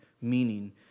meaning